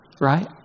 Right